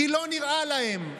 כי לא נראה להם,